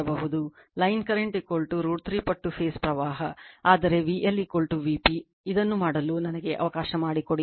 line current √ 3 ಪಟ್ಟು phase ಪ್ರವಾಹ ಆದರೆ VL Vp ಅದನ್ನು ಮಾಡಲು ನನಗೆ ಅವಕಾಶ ಮಾಡಿಕೊಡಿ